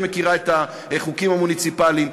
שמכירה את החוקים המוניציפליים,